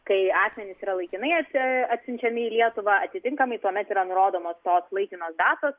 kai asmenys yra laikinai atsi atsiunčiami į lietuvą atitinkamai tuomet yra nurodomos tos laikinos datos